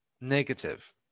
negative